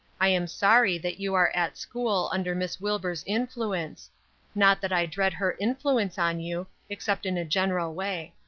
i am sorry that you are at school, under miss wilbur's influence not that i dread her influence on you, except in a general way.